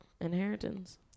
inheritance